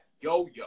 yo-yo